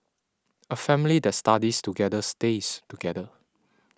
a family that studies together stays together